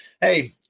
hey